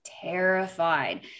terrified